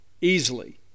easily